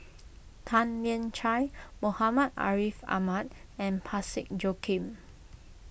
Tan Lian Chye Muhammad Ariff Ahmad and Parsick Joaquim